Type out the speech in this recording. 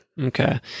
Okay